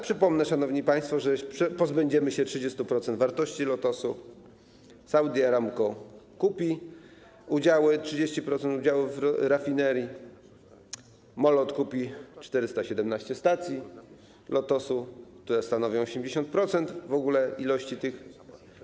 Przypomnę, szanowni państwo, że pozbędziemy się 30% wartości Lotosu, Saudi Aramco kupi 30% udziałów w rafinerii, MOL odkupi 417 stacji Lotosu, które stanowią 80% wszystkich stacji.